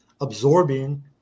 absorbing